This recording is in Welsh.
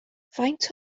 faint